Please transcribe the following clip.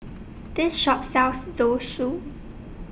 This Shop sells Zosui